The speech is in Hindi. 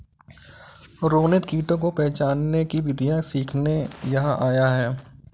रोनित कीटों को पहचानने की विधियाँ सीखने यहाँ आया है